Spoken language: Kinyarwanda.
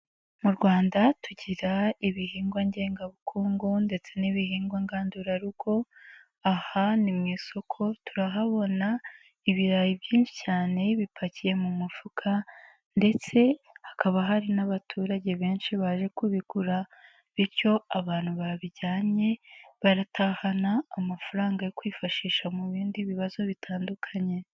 Mu Rwanda tugira ibihingwa ngengabukungu ndetse n'ibihingwa ngandurarugo, aha ni mu isoko, turahabona ibirayi byinshi cyane bipakiye mu mufuka ndetse hakaba hari n'abaturage benshi baje kubigura bityo abantu babijyanye baratahana amafaranga yo kwifashisha mu bindi bibazo bitandukanye.